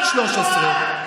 מחוסר אשמה.